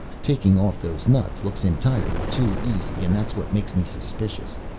taking off those nuts looks entirely too easy, and that's what makes me suspicious.